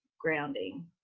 Grounding